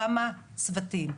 כמה צוותים?